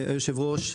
היושב ראש,